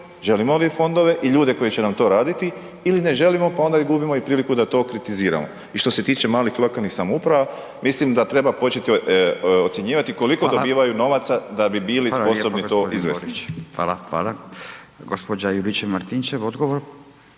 želimo li fondove i ljude koji će nam to raditi ili ne želimo pa onda i gubimo i priliku da to okritiziramo. I što se tiče malih lokalnih samouprava mislim da treba početi ocjenjivati …/Upadica: Hvala./… koliko dobivaju novaca da bi bili …/Upadica: Hvala lijepo gospodine Borić./… sposobni